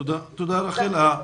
תודה, רחל.